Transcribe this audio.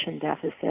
deficit